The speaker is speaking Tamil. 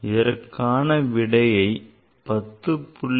இதற்கான விடையை 10